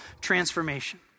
transformation